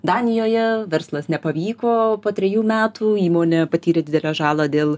danijoje verslas nepavyko po trejų metų įmonė patyrė didelę žalą dėl